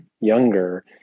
younger